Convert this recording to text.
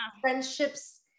friendships